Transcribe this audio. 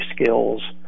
skills